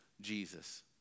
Jesus